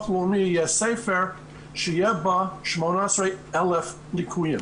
הלאומי יהיה ספר שיהיו בו 18,000 ליקויים.